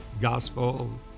gospel